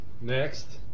next